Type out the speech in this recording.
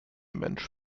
mensch